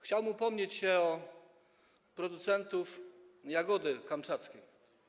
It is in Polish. Chciałem upomnieć się o producentów jagody kamczackiej.